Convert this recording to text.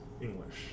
English